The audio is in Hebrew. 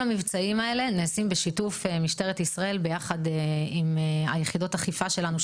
כל המבצעים האלה נעשים בשיתוף משטרת ישראל ביחד עם יחידות האכיפה שלנו,